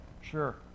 Sure